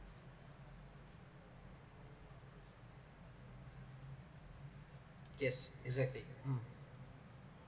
yes exactly mm